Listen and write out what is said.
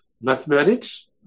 Mathematics